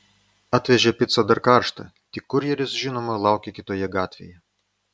atvežė picą dar karštą tik kurjeris žinoma laukė kitoje gatvėje